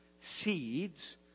Seeds